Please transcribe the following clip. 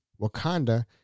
Wakanda